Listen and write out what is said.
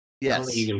Yes